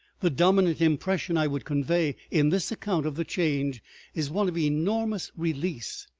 the dominant impression i would convey in this account of the change is one of enormous release,